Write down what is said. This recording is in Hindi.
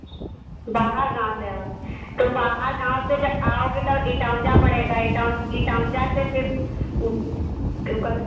बाहर गाँव से आओगी तो बाहर गाँव से जब आओगी तो इटौंजा पड़ेगा इटौं इटौंजा से फिर उप देव का दि